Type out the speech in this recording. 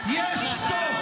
יש סוף,